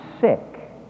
sick